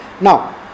Now